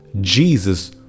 Jesus